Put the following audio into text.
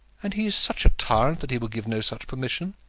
and he is such a tyrant that he will give no such permission.